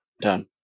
Done